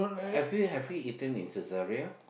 have you have you eaten in Saizeriya